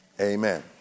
Amen